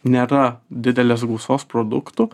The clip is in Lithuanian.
nėra didelės gausos produktų